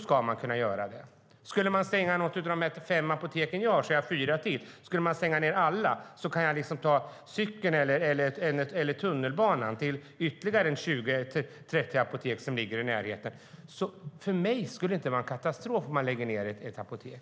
ska man kunna göra det. Skulle man stänga något av de fem apotek som jag har nära så har jag fyra till. Skulle man stänga ned alla kan jag ta cykeln eller tunnelbanan till ytterligare 20-30 apotek som ligger i närheten. För mig skulle det inte vara en katastrof om man lägger ned ett apotek.